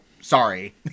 sorry